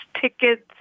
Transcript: tickets